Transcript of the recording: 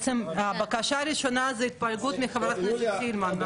בעצם הבקשה הראשונה היא התפלגות מחברת הכנסת סילמן.